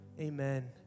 Amen